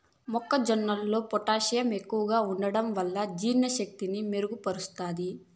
మొక్క జొన్నలో పొటాషియం ఎక్కువగా ఉంటడం వలన జీర్ణ శక్తిని మెరుగు పరుస్తాది